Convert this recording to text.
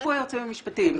התחלפנו היועצים המשפטיים,